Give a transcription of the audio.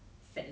可能 like